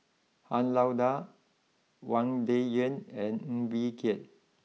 Han Lao Da Wang Dayuan and Ng Bee Kia